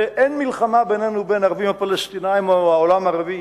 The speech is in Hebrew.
ואין מלחמה בינינו ובין הערבים הפלסטינים או העולם הערבי.